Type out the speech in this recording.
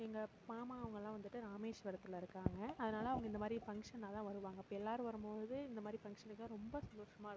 எங்கள் மாமா அவங்கள்லாம் வந்துட்டு ராமேஸ்வரத்தில் இருக்காங்க அதனால் அவங்க இந்த மாதிரி ஃபங்க்ஷன்னால் தான் வருவாங்க அப்போ எல்லாரும் வரும் போது இந்த மாதிரி ஃபங்க்ஷனுக்கு ரொம்ப சந்தோஷமாக இருப்போம்